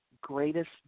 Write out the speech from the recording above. greatest